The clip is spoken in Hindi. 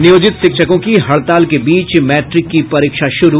नियोजित शिक्षकों की हड़ताल के बीच मैट्रिक की परीक्षा शुरू